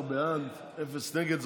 13 בעד, אפס מתנגדים.